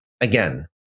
again